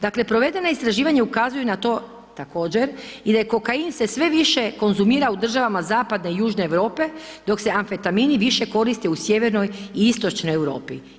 Dakle provedena istraživanja ukazuju na to također i da kokain se sve više konzumira u država zapadne i južne Europe dok se amfetamini više koriste u sjevernoj i istočnoj Europi.